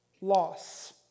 loss